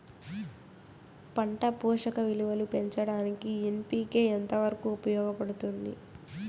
పంట పోషక విలువలు పెంచడానికి ఎన్.పి.కె ఎంత వరకు ఉపయోగపడుతుంది